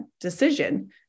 decision